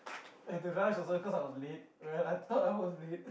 I had to rush also cause I was late well I thought I was late